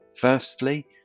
Firstly